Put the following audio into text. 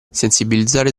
sensibilizzare